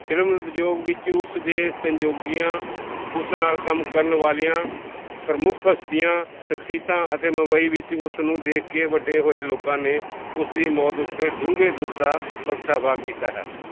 film ਉਦਯੋਗ ਵਿੱਚ ਉਸ ਦੇ ਸਹਿਯੋਗੀਆਂ ਉਸ ਨਾਲ ਕੰਮ ਕਰਨ ਵਾਲੀਆਂ ਪ੍ਰਮੁੱਖ ਹਸਤੀਆਂ ਸਖਸ਼ੀਅਤਾਂ ਅਤੇ ਮੁੰਬਈ ਵਿੱਚ ਉਸ ਨੂੰ ਦੇਖ ਕੇ ਵੱਡੇ ਹੋਏ ਲੋਕਾਂ ਨੇ ਉਸ ਦੀ ਮੌਤ ਉੱਤੇ ਡੂੰਘੇ ਦੁੱਖ ਦਾ ਪ੍ਰਗਟਾਵਾ ਕੀਤਾ ਹੈ